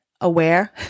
Aware